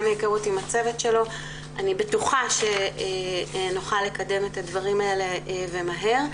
מהיכרות עם הצוות שלו אני בטוחה שנוכל לקדם את הדברים האלה ומהר.